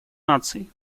наций